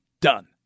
done